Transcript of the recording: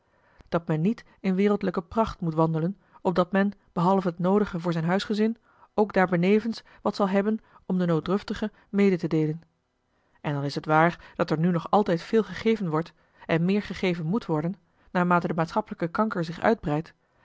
dat men niet in wereldlijke pracht moet wandelen opdat men behalve het noodige voor zijn huisgezin ook daar benevens wat zal hebben om den nooddruftigen mede te deelen en al is t waar dat er nu nog altijd veel gegeven wordt en meer gegeven moet worden naarmate de maatschappelijke kanker zich uitbreidt